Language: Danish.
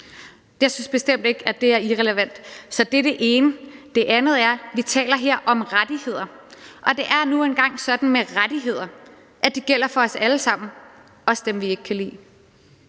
Jeg synes bestemt ikke, at det er irrelevant. Så det er det ene. Det andet er, at vi her taler om rettigheder, og det er nu engang sådan med rettigheder, at de gælder for os alle sammen, også dem, vi ikke kan lide.